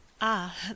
Ah